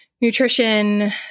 nutrition